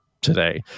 today